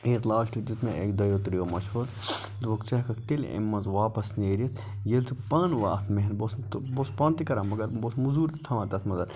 eight last دیُت مےٚ اَکہِ دۄیو ترٛیٚیو مَشوَرٕ دوٚپُکھ ژٕ ہیٚکَکھ تیٚلہِ اَمہِ منٛزٕ واپَس نیٖرِتھ ییٚلہِ ژٕ پانہٕ وۄنۍ اَتھ بہٕ اوسُس پانہٕ تہِ کَران مگر بہٕ اوسُس مٔزوٗر تہِ تھاوان تَتھ منٛز